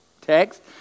text